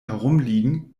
herumliegen